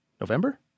November